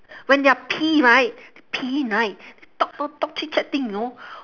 when they are pee right peeing right talk talk talk chit-chatting know